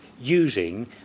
using